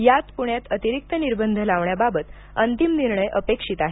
यात प्ण्यात अतिरिक्त निर्बंध लावण्याबाबत अंतिम निर्णय अपेक्षित आहे